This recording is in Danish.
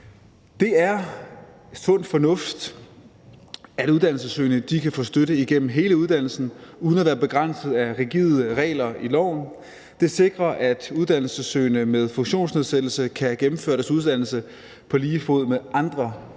Det er sund fornuft, at uddannelsessøgende kan få støtte igennem hele uddannelsen uden at være begrænset af rigide regler i loven. Det sikrer, at uddannelsessøgende med funktionsnedsættelse kan gennemføre deres uddannelse på lige fod med andre uddannelsessøgende,